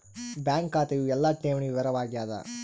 bank ಖಾತೆಯು ಎಲ್ಲ ಠೇವಣಿ ವಿವರ ವಾಗ್ಯಾದ